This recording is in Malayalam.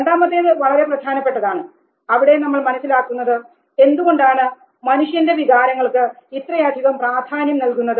രണ്ടാമത്തേത് വളരെ പ്രധാനപ്പെട്ടതാണ് അവിടെ നമ്മൾ മനസ്സിലാക്കുന്നത് എന്തുകൊണ്ടാണ് മനുഷ്യൻറെ വികാരങ്ങൾക്ക് ഇത്രയധികം പ്രാധാന്യം നൽകുന്നത്